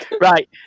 Right